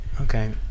okay